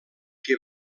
que